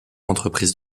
entreprise